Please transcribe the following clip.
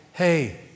hey